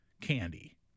candy